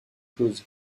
close